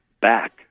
back